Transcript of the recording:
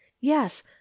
yes